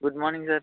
good morning sir